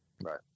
right